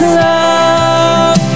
love